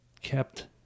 kept